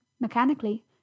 Mechanically